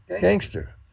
gangster